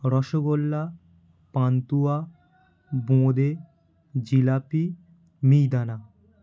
রসগোল্লা পান্তুয়া বোঁদে জিলাপি মিহিদানা